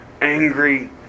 angry